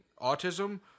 autism